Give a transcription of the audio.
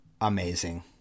amazing